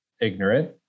ignorant